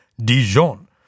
Dijon